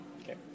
Okay